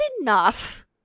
enough